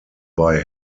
bei